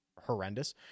horrendous